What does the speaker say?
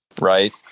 right